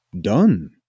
done